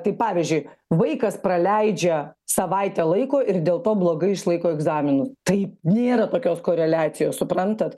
tai pavyzdžiui vaikas praleidžia savaitę laiko ir dėl to blogai išlaiko egzaminus tai nėra tokios koreliacijos suprantat